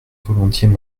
volontiers